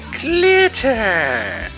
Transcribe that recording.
Glitter